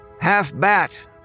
Half-bat